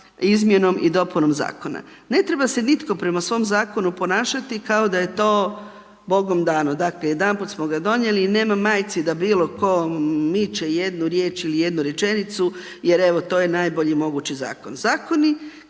izmjenom i dopunom zakona. Ne treba se nitko prema svom zakonu ponašati kao da je to bogom dano, dakle jedanput smo ga donijeli i nema majci da bilo tko miče jednu riječ ili jednu rečenicu jer evo to je najbolji mogući zakon.